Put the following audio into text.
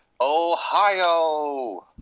Ohio